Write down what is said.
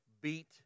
beat